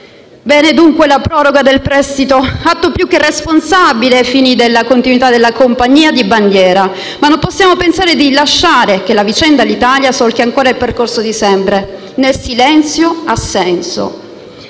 Bene dunque la proroga del prestito, fatto più che responsabile ai fini della continuità della compagnia di bandiera; ma non possiamo pensare di lasciare che la vicenda Alitalia solchi ancora il percorso di sempre, nel silenzio-assenso.